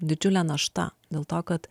didžiulė našta dėl to kad